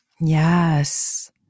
Yes